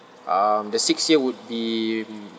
um the sixth year would be